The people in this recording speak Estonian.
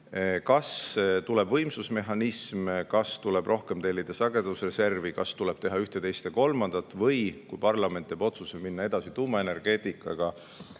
kas tuleb võimsusmehhanism, kas tuleb rohkem tellida sagedusreservi, kas tuleb teha ühte, teist ja kolmandat, või kui parlament teeb otsuse minna edasi tuumaenergeetikaga,